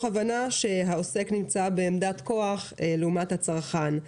הבנה שהעוסק נמצא בעמדת כוח לעומת הצרכן.